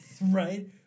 Right